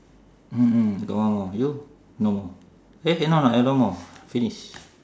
mm mm got one more you no more eh no no I no more finish